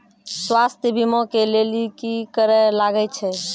स्वास्थ्य बीमा के लेली की करे लागे छै?